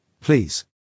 please